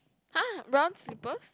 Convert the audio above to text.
!huh! brown slippers